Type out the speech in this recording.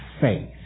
faith